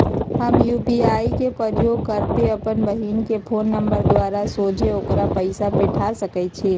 हम यू.पी.आई के प्रयोग करइते अप्पन बहिन के फ़ोन नंबर द्वारा सोझे ओकरा पइसा पेठा सकैछी